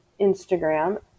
Instagram